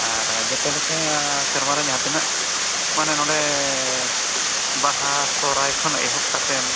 ᱟᱨ ᱡᱚᱛᱚ ᱞᱮᱠᱟ ᱥᱮᱨᱣᱟ ᱨᱮ ᱡᱟᱦᱟᱸ ᱛᱤᱱᱟᱹᱜ ᱢᱟᱱᱮ ᱱᱚᱰᱮ ᱵᱟᱦᱟ ᱥᱚᱦᱨᱟᱭ ᱠᱷᱚᱱ ᱮᱦᱚᱵ ᱠᱟᱛᱮᱫ